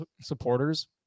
supporters